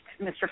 Mr